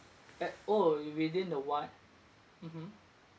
at oh you within the one mmhmm